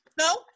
No